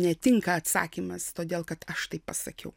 netinka atsakymas todėl kad aš taip pasakiau